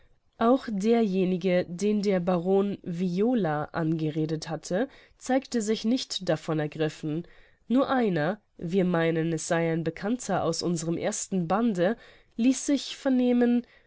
auch derjenige den der baron viola angeredet hatte zeigte sich nicht davon ergriffen nur einer wir meinen es sei ein bekannter aus unserm ersten bande ließ sich vernehmen